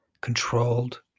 controlled